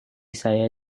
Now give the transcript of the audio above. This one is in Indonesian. saya